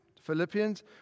Philippians